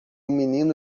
menino